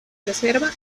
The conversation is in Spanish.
reserva